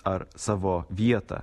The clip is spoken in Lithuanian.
ar savo vietą